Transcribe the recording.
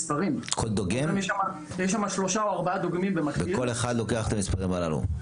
יש שלושה או ארבעה דוגמים במקביל --- וכל אחד לוקח את המספרים הללו?